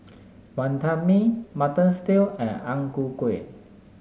Wonton Mee Mutton Stew and Ang Ku Kueh